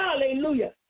Hallelujah